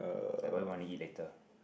like what you want to eat later